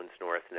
north